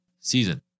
season